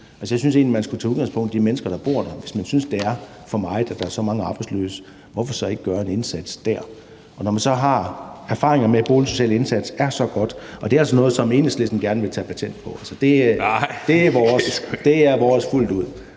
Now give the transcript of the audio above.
jeg synes egentlig, at man skulle tage udgangspunkt i de mennesker, der bor der. Hvis man synes, det er for meget, at der er så mange arbejdsløse, hvorfor så ikke gøre en indsats der? Og når man så har erfaringer med, at boligsocial indsats er så godt – og det er altså noget, som Enhedslisten gerne vil tage patent på (Indenrigs- og